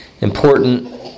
important